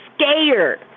scared